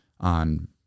on